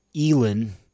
Elon